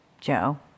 Joe